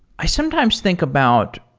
i sometimes think about